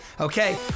Okay